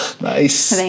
Nice